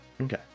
Okay